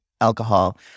alcohol